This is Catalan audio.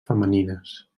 femenines